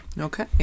Okay